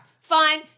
Fine